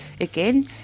Again